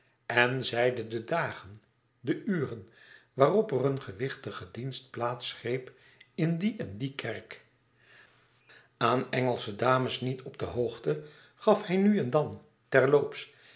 en zeide de dagen de uren waarop er een gewichtige dienst plaats greep in die en die kerk aan engelsche dames niet op de hoogte gaf hij nu en dan terloops